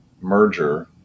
merger